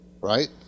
right